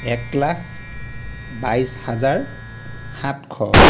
এক লাখ বাইছ হাজাৰ সাতশ